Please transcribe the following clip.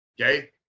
okay